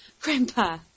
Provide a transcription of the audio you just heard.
Grandpa